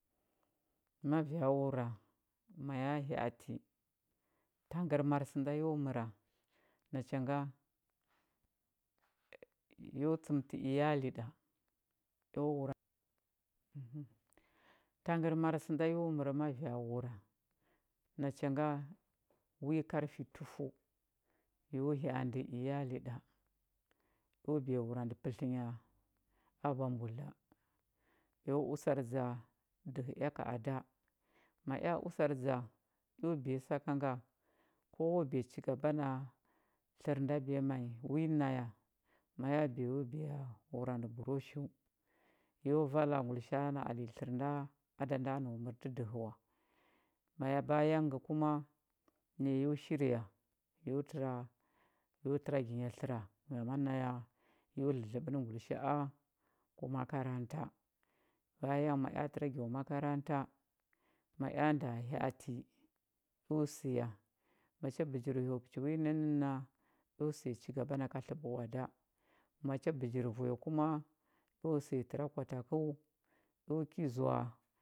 Ma vya wura ma ya hya ati tangərmar sə nda yo məra nacha nga yo tsəmtə iyali ɗa eo wura tangərmar sə nda yo mər ma vya wura nacha nga wi karfi tufəu yo hya andə iyali ɗa eo biya wurandə pətlənya aba mbudla eo usar dza dəhə ea ka ada ma ea usar dza eo biya saka nga kowo biya higaba na tlər nda biya ma nyi wi naya ma ya biya yo biya wurandə broshiu yo vala ngulisha a na lenya tlər nda a da nda nau mərtə əhə wa bayan əngə kuma yo shirya yo təra ya nya tləra ngama naya yo dlədləɓə ə ngulisha a o akaranta ma ea təra gyo makaranta eo nda səya macha bəji wi saka nənna eo səya chigaba na ka tləɓə ka oada macha bəjir vuya kuma eo səya təra kwa takəu eo ki zoa